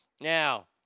Now